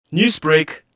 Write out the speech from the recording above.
Newsbreak